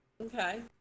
Okay